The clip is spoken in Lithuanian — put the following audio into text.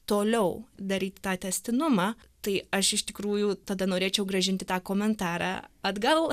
toliau daryti tą tęstinumą tai aš iš tikrųjų tada norėčiau grąžinti tą komentarą atgal